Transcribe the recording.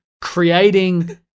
creating